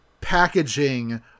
packaging